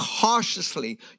cautiously